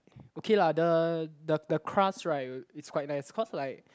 okay lah the the the crust right is quite nice cause like